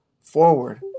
forward